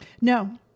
No